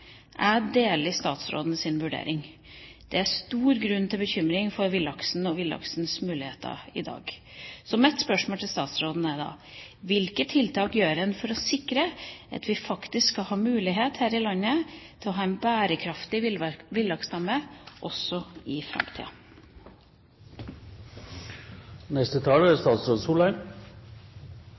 Jeg deler statsrådens vurdering. Det er stor grunn til bekymring for villaksen og villaksens muligheter i dag. Så mitt spørsmål til statsråden er: Hvilke tiltak gjør en for å sikre at vi faktisk skal ha mulighet her i landet til å ha en bærekraftig villaksstamme også i